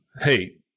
Hey